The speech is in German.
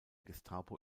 gestapo